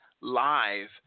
live